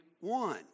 one